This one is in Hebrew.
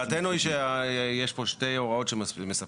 דעתנו היא שיש פה שתי הוראות מספקות.